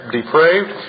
depraved